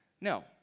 No